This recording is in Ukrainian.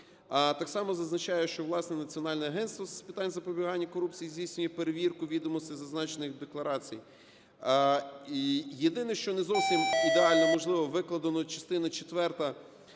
Так само зазначає, що, власне, Національне агентство з питань запобігання корупції здійснює перевірку відомостей, зазначених в декларації. Єдине, що не зовсім ідеально, можливо, викладена частина четверта